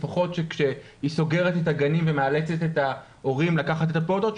לפחות שכאשר היא סוגרת את הגנים ומאלצת את ההורים לקחת את הפעוטות,